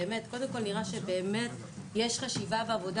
באמת קודם כל נראה שבאמת יש חשיבה בעבודה